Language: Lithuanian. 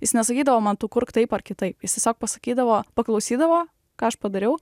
jis nesakydavo man tu kurk taip ar kitaip jis tiesiog pasakydavo paklausydavo ką aš padariau